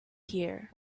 here